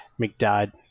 McDad